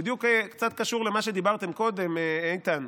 בדיוק קצת קשור למה שדיברת קודם, איתן,